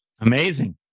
Amazing